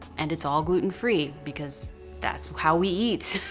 and it's all gluten-free because that's how we eat.